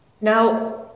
Now